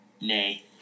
Nay